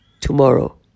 tomorrow